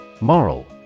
Moral